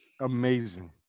Amazing